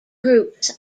groups